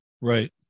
Right